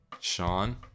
Sean